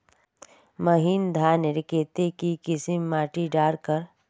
महीन धानेर केते की किसम माटी डार कर?